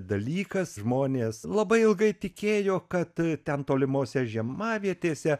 dalykas žmonės labai ilgai tikėjo kad ten tolimose žiemavietėse